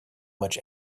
much